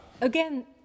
Again